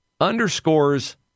underscores